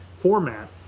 format